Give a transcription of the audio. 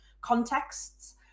contexts